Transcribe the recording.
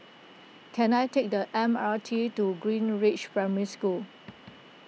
can I take the M R T to Greenridge Primary School